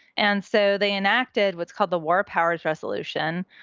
and so they enacted what's called the war powers resolution,